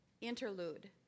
interlude